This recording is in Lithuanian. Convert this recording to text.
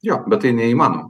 jo bet tai neįmanoma